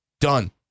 Done